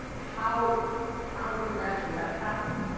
how how do you imagine that happening?